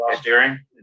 steering